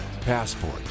Passport